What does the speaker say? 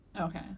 Okay